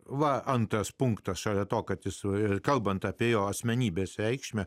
va antras punktas šalia to kad visoje kalbant apie jo asmenybės reikšmę